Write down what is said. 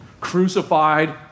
crucified